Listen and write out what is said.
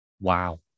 Wow